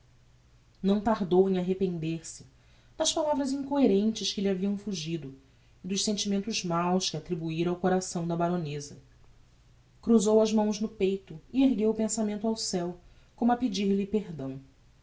não tardou em arrepender-se das palavras incoherentes que lhe haviam fugido e dos sentimentos maus que attribuíra ao coração da baroneza cruzou as mãos no peito e ergueu o pensamento ao ceu como a pedir-lhe perdão